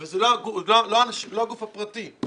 וזה לא הגוף הפרטי,